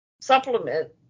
supplement